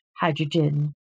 hydrogen